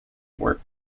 work